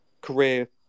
career